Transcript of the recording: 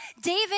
David